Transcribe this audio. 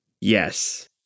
Yes